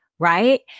right